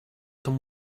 tom